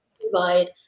provide